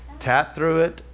tap through it.